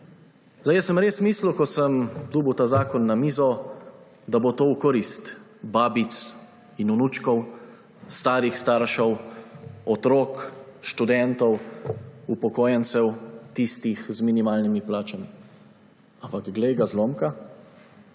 to. Jaz sem res mislil, ko sem dobil ta zakon na mizo, da bo to v korist babic in vnučkov, starih staršev, otrok, študentov, upokojencev, tistih z minimalnimi plačami. Ampak glej ga zlomka,